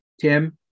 Tim